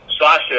Sasha